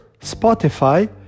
Spotify